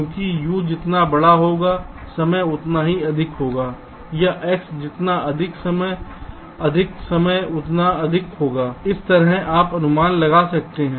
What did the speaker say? क्योंकि U जितना बड़ा होगा समय उतना ही अधिक होगा या X जितना अधिक समय उतना अधिक होगा इस तरह आप अनुमान लगा सकते हैं